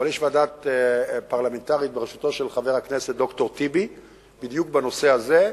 יש ועדה פרלמנטרית בראשותו של חבר הכנסת ד"ר טיבי בדיוק בנושא הזה,